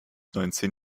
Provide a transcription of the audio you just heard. neunzehn